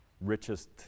richest